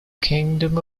kingdom